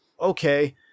okay